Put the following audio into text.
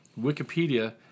Wikipedia